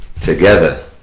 together